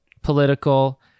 political